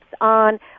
on